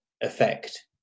effect